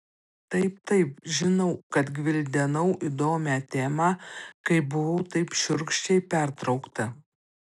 taip taip žinau kad gvildenau įdomią temą kai buvau taip šiurkščiai pertraukta